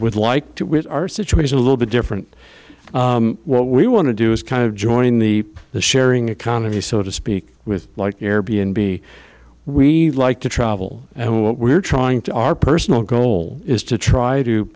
would like to get our situation a little bit different what we want to do is kind of joining the the sharing economy so to speak with like air b n b we like to travel and what we're trying to our personal goal is to try to